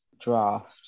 draft